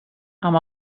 amb